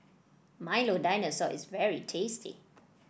Milo Dinosaur is very tasty